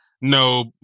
No